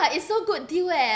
[what] it's so good deal leh